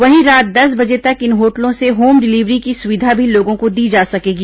वहीं रात दस बजे तक इन होटलों से होम डिलीवरी की सुविधा भी लोगों को दी जा सकेगी